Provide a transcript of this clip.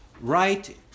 right